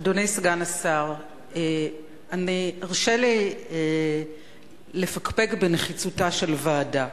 אדוני סגן השר, הרשה לי לפקפק בנחיצותה של ועדה.